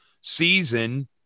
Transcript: season